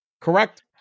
Correct